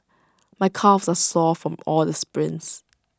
my calves are sore from all the sprints